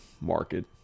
market